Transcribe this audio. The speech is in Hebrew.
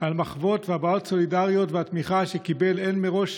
על מחוות והבעות סולידריות ועל התמיכה שקיבל הן מראש